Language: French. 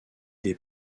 des